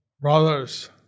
brothers